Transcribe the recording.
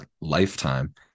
lifetime